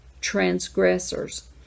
transgressors